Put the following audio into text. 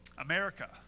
America